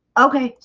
okay,